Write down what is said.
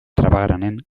trapagaranen